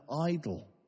idol